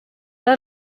are